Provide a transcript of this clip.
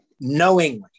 knowingly